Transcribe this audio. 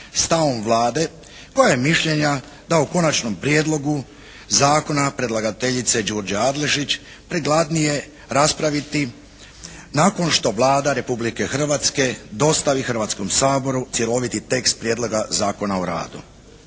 stavom Vlade koja je mišljenja da u konačnom prijedlogu zakona predlagateljice Đurđe Adlešić prikladnije raspraviti nakon što Vlada Republike Hrvatske dostavi Hrvatskom saboru cjeloviti tekst prijedloga Zakona o radu.